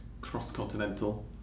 cross-continental